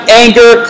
anger